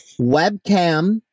webcam